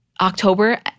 October